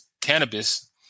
cannabis